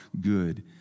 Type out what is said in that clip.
good